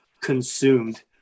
Consumed